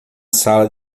sala